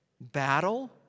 battle